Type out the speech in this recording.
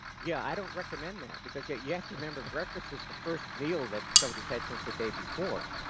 yeah. i don't recommend that, because yeah you have to remember breakfast is the first meal that somebody's had since the day before.